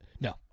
No